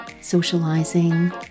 socializing